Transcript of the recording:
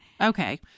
Okay